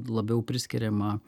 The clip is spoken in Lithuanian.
labiau priskiriama